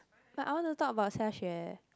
but I want to talk about xiaxue